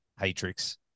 Hatrix